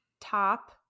top